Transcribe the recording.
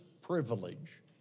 privilege